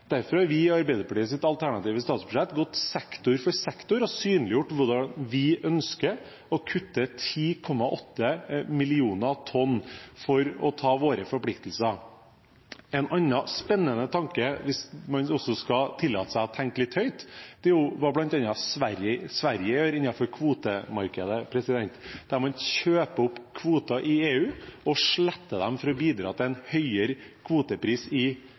Derfor har vi i Arbeiderpartiets alternative statsbudsjett tatt sektor for sektor og synliggjort hvordan vi ønsker å kutte 10,8 mill. tonn for å ta våre forpliktelser. En annen spennende tanke, hvis man skal tillate seg å tenke litt høyt, er hva bl.a. Sverige gjør innenfor kvotemarkedet, der man kjøper opp kvoter i EU og sletter dem for å bidra til en høyere kvotepris i